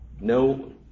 No